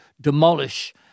demolish